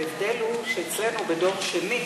ההבדל הוא שאצלנו, בדור שלי,